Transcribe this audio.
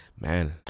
man